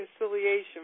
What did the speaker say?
reconciliation